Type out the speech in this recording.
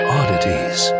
oddities